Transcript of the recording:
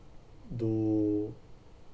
do